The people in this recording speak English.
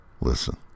Listen